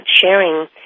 sharing